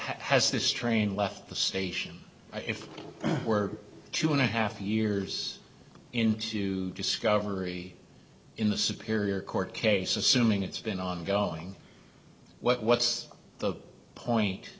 has this train left the station if we're two and a half years into discovery in the superior court case assuming it's been ongoing what what's the point